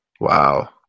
Wow